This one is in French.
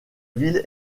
ville